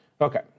Okay